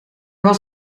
was